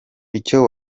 icyo